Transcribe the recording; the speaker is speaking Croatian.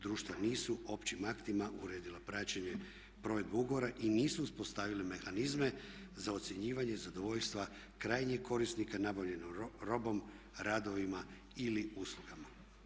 Društva nisu općim aktima uredila praćenje provedbe ugovora i nisu uspostavili mehanizme za ocjenjivanje zadovoljstva krajnjeg korisnika nabavljenom robom, radovima ili uslugama.